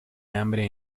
hambre